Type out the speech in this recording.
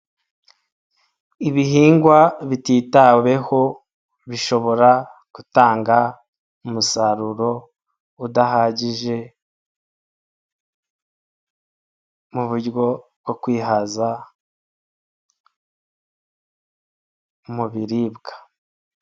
Ibihingwa bititaweho bishobora gutanga umusaruro udahagije mu buryo bwo kwihaza mu biribwa.